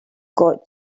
got